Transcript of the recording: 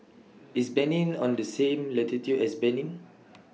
IS Benin on The same latitude as Benin